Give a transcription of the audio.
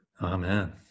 amen